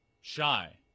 shy